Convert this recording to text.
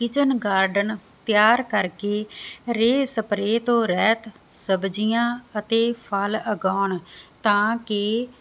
kitchen garden ਤਿਆਰ ਕਰਕੇ ਰੇਹ ਸਪਰੇ ਤੋਂ ਰਹਿਤ ਸਬਜ਼ੀਆਂ ਅਤੇ ਫਲ ਅਗਾਉਣ ਤਾਂ ਕਿ